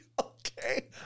okay